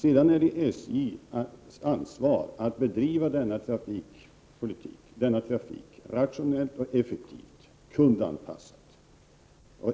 Sedan är det SJ:s ansvar att bedriva denna trafik rationellt och effektivt, kundanpassat.